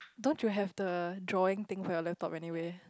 don't you have the drawing thing for your laptop anyway